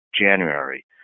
January